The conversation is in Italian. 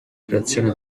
creazione